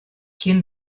quien